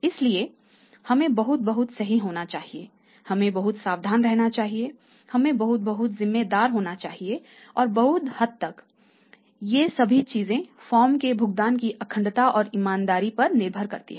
इसलिए हमें बहुत बहुत सही होना चाहिए हमें बहुत सावधान रहना चाहिए हमें बहुत बहुत जिम्मेदार होना होगा और बहुत हद तक ये सभी चीजें फर्म के भुगतान की अखंडता और ईमानदारी पर निर्भर करती हैं